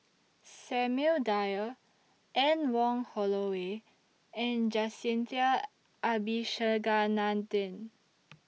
Samuel Dyer Anne Wong Holloway and Jacintha Abisheganaden